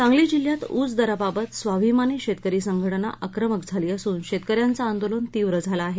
सांगली जिल्ह्यात ऊस दराबाबत स्वाभिमानी शेतकरी संघटना आक्रमक झाली असून शेतकऱ्यांचं आंदोलन तीव्र झालं आहे